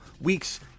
weeks